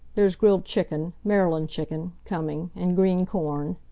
there's grilled chicken maryland chicken coming, and green corn.